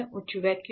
उच्च वैक्यूम